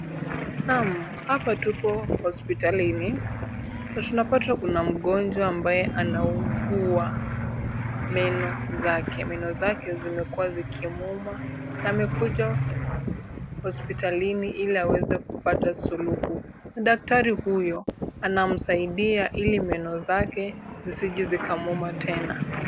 Naam! Hapa tuko hospitalini na tunapata kuna mgonjwa ambaye anaugua meno zake. Meno zake zimekua zikimuuma na amekuja hospitalini ili aweze kupata suluhu. Daktari huyo anamsaidia ili meno zake zisije zikamuuma tena.